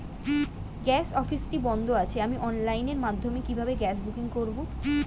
Gas অফিসটি বন্ধ আছে আমি অনলাইনের মাধ্যমে কিভাবে গ্যাস বুকিং করব?